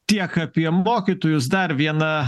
tiek apie mokytojus dar viena